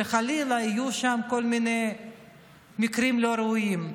שחלילה יהיו שם כל מיני מקרים לא ראויים.